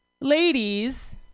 ladies